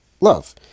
love